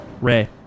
Ray